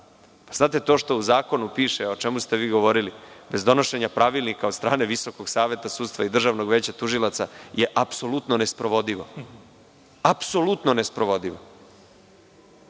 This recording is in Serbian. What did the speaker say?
Znate, to što u zakonu piše, a o čemu ste vi govorili, bez donošenja pravilnika od strane Visokog saveta sudstva i Državnog veća tužilaca je apsolutno nesprovodivo. Ta dva